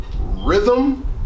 rhythm